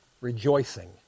rejoicing